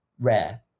rare